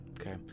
Okay